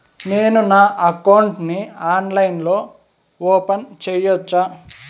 నేను నా అకౌంట్ ని ఆన్లైన్ లో ఓపెన్ సేయొచ్చా?